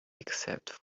except